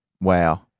Wow